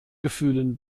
gefühlen